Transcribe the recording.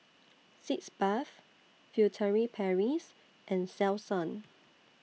Sitz Bath Furtere Paris and Selsun